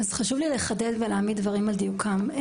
חשוב לי לחדד ולהעמיד דברים על דיוקם.